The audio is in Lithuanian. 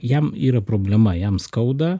jam yra problema jam skauda